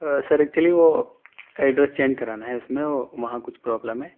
سر actually وہ address change کرانا ہے اس میں وہاں کچھ پرابلم ہے